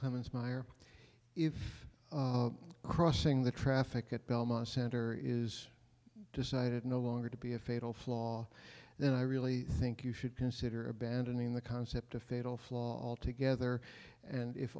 clemons meyer if crossing the traffic at belmont center is decided no longer to be a fatal flaw that i really think you should consider abandoning the concept of fatal flaw all together and if